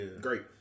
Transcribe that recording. great